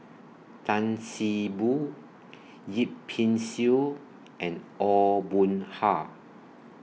Tan See Boo Yip Pin Xiu and Aw Boon Haw